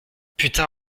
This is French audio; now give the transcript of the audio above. putain